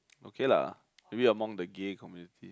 okay lah maybe among the gay community